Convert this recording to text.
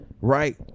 right